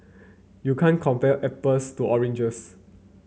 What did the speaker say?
you can't compare apples to oranges